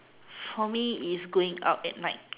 for me is going out at night